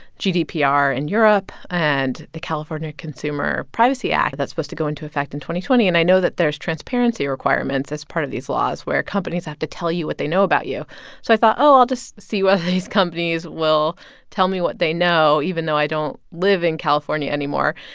gdpr in europe and the california consumer privacy act that's supposed to go into effect in two twenty. and i know that there's transparency requirements as part of these laws, where companies have to tell you what they know about you so i thought, oh, i'll just see whether ah these companies will tell me what they know, even though i don't live in california anymore.